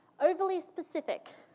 overly specific.